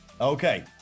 Okay